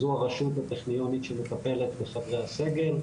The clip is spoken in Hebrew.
זו הרשות הטכניונית שמטפלת בחברי הסגל.